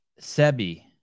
Sebi